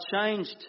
changed